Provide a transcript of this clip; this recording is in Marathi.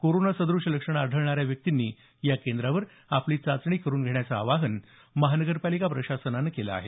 कोरोना सद्रश्य लक्षणे आढळणाऱ्या व्यक्तींनी या केंद्रांवर आपली चाचणी करून घेण्याचं आवाहन महानगर पालिका प्रशासनानं केलं आहे